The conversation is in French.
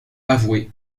avouer